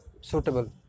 suitable